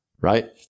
right